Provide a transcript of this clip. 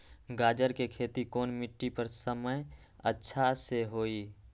गाजर के खेती कौन मिट्टी पर समय अच्छा से होई?